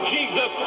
Jesus